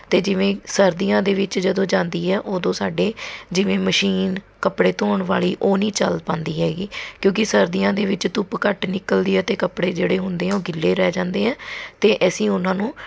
ਅਤੇ ਜਿਵੇਂ ਸਰਦੀਆਂ ਦੇ ਵਿੱਚ ਜਦੋਂ ਜਾਂਦੀ ਹੈ ਉਦੋਂ ਸਾਡੇ ਜਿਵੇਂ ਮਸ਼ੀਨ ਕੱਪੜੇ ਧੋਣ ਵਾਲ਼ੀ ਉਹ ਨਹੀਂ ਚੱਲ ਪਾਉਂਦੀ ਹੈਗੀ ਕਿਉਂਕਿ ਸਰਦੀਆਂ ਦੇ ਵਿੱਚ ਧੁੱਪ ਘੱਟ ਨਿਕਲਦੀ ਹੈ ਅਤੇ ਕੱਪੜੇ ਜਿਹੜੇ ਹੁੰਦੇ ਹੈ ਉਹ ਗਿੱਲੇ ਰਹਿ ਜਾਂਦੇ ਹੈ ਅਤੇ ਅਸੀਂ ਉਨ੍ਹਾਂ ਨੂੰ